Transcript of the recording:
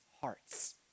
hearts